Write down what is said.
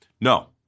No